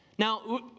Now